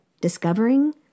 discovering